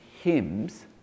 hymns